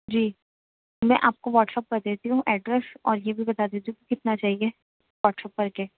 جی میں آپ کو واٹس اپ کر دیتی ہوں ایڈریس اور یہ بھی بتا دیتی ہوں کہ کتنا چاہیے واٹس اپ کر کے